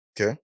Okay